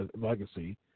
legacy